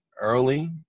early